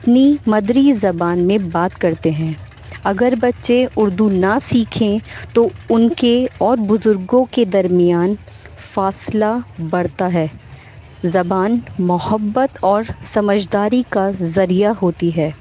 اپنی مادری زبان میں بات کرتے ہیں اگر بچے اردو نہ سیکھیں تو ان کے اور بزرگوں کے درمیان فاصلہ بڑھتا ہے زبان محبت اور سمجھداری کا ذریعہ ہوتی ہے